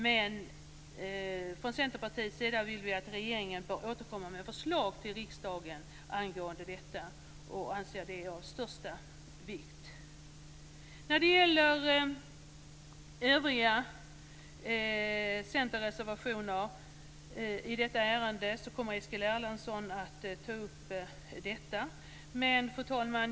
Men från Centerpartiets sida vill vi att regeringen återkommer med förslag till riksdagen angående detta och anser att det är av största vikt. Eskil Erlandsson att ta upp. Fru talman!